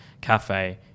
cafe